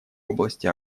области